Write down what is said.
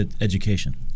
education